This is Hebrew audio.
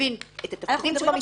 שמבין את התפקידים.